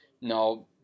no